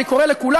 אני קורא לכולם,